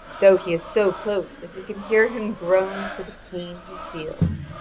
though he is so close that he can hear him groan for the pain he feels.